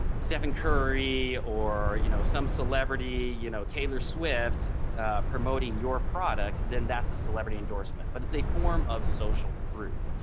stephen curry or you know some celebrity you know taylor swift promoting your product then that's a celebrity endorsement but it's a form of social proof.